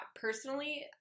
Personally